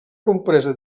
compresa